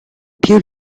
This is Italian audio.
più